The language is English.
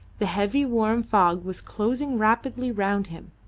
the heavy warm fog was closing rapidly round him,